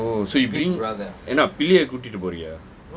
oh so you bring end up பிள்ளய கூடிட்டு போரியா:pillaya kootitu poriya